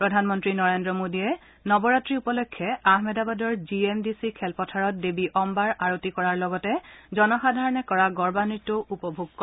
প্ৰধানমন্ত্ৰী নৰেন্দ্ৰ মোডীয়ে নৱৰাত্ৰি উপলক্ষে আহমেদাবাদৰ জি এম ডি চি খেলপথাৰত দেৱী অন্নাৰ আৰতী কৰাৰ লগতে জনসাধাৰণে কৰা গৰৱা নৃত্যও উপভোগ কৰে